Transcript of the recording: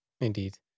indeed